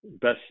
best